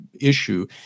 issue